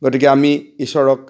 গতিকে আমি ঈশ্বৰক